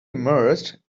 emerged